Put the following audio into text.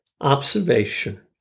observation